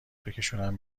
بکشونم